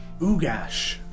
Oogash